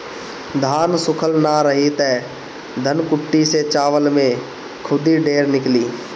धान सूखल ना रही त धनकुट्टी से चावल में खुद्दी ढेर निकली